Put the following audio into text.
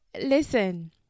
listen